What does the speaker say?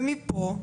ומפה,